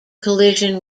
collision